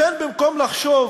לכן, במקום לחשוב